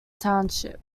township